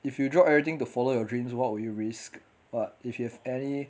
if you drop everything to follow your dreams what would you risk but if you have any